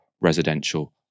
residential